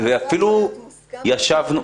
והוא יגיד שהוא לא עשה,